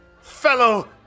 fellow